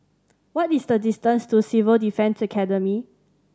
what is the distance to Civil Defence Academy